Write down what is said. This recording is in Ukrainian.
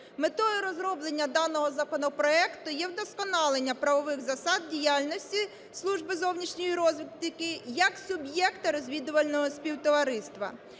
Метою розроблення даного законопроекту є вдосконалення правових засад діяльності Служби зовнішньої розвідки як суб'єкта розвідувального співтовариства.